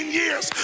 years